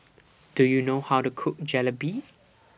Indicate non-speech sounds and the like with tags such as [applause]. [noise] Do YOU know How to Cook Jalebi [noise]